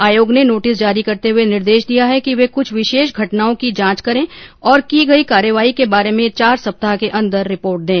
आयोग ने नोटिस जारी करते हुए निर्देश दिया है कि वे कुछ विशेष घटनाओं की जांच करें और की गई कार्रवाई के बारे में चार सप्ताह के अंदर रिपोर्ट दें